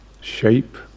shape